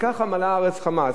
וככה "מלאה הארץ חמס".